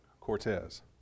Cortez